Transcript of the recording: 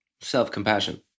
self-compassion